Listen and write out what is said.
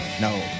No